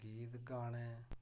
गीत गाने